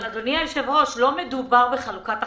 אדוני היושב ראש, לא מדובר בחלוקת הכנסות.